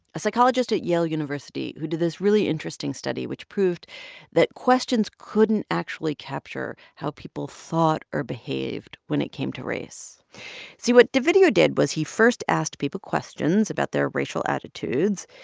a psychologist at yale university who did this really interesting study which proved that questions couldn't actually capture how people thought or behaved when it came to race see, what dovidio did was he first asked people questions about their racial attitudes,